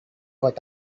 what